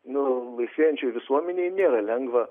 nu laisvėjančioj visuomenėj nėra lengva